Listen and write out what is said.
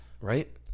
Right